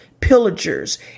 pillagers